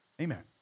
Amen